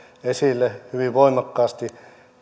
esille hyvin voimakkaasti